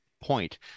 point